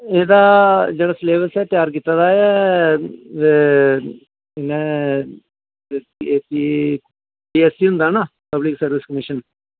एह्दा जेह्ड़ा सलेबस ऐ त्यार कीते दा ऐ इ'नें पी ऐस्स सी होंदा ना पब्लिक सर्विस कमीशन